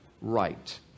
right